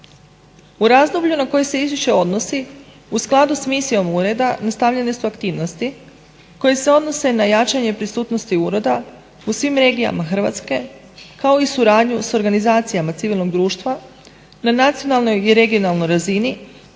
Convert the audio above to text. U razdoblju na koje se izvješće odnosi u skladu sa misijom ureda nastavljene su aktivnosti koje se odnose na jačanje prisutnosti ureda u svim regijama Hrvatske kao i suradnju sa organizacijama civilnog društva na nacionalnoj i regionalnoj razini